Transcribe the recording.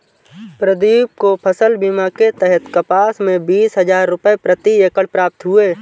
प्रदीप को फसल बीमा के तहत कपास में बीस हजार रुपये प्रति एकड़ प्राप्त हुए